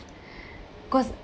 cause